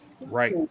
Right